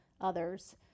others